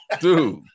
Dude